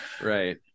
Right